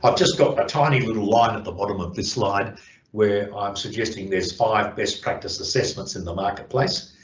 um just got a tiny little line at the bottom of this slide where ah i'm suggesting there's five best practice assessments in the marketplace,